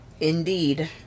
Indeed